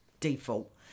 default